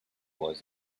was